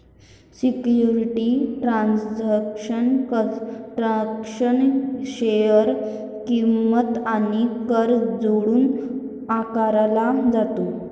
securities transaction tax share किंमत आणि कर जोडून आकारला जातो